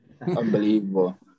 unbelievable